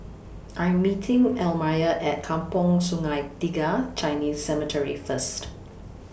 I Am meeting Elmire At Kampong Sungai Tiga Chinese Cemetery First